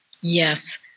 yes